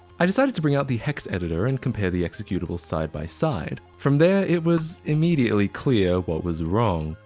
i decided to bring out the hex editor and compare the executables side by side. from there it was immediately clear what was wrong.